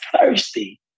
thirsty